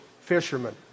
fishermen